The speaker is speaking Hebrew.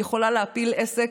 יכולים להפיל כל עסק,